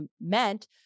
meant